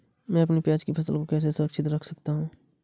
मैं अपनी प्याज की फसल को कैसे सुरक्षित रख सकता हूँ?